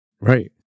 right